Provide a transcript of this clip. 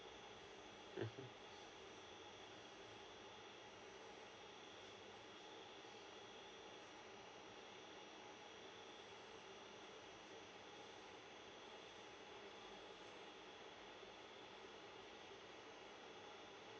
mm